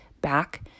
back